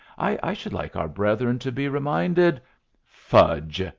i should like our brethren to be reminded fudge!